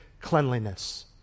cleanliness